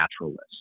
naturalist